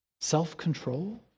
self-control